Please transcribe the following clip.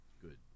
Good